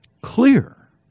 clear